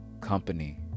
company